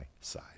side